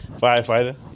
firefighter